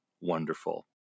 wonderful